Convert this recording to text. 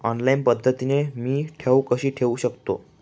Online पद्धतीने मी ठेव कशी ठेवू शकतो?